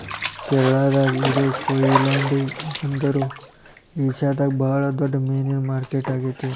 ಕೇರಳಾದಾಗ ಇರೋ ಕೊಯಿಲಾಂಡಿ ಬಂದರು ಏಷ್ಯಾದಾಗ ಬಾಳ ದೊಡ್ಡ ಮೇನಿನ ಮಾರ್ಕೆಟ್ ಆಗೇತಿ